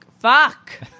fuck